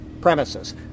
premises